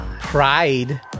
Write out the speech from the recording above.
pride